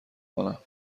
کنم